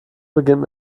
beginnt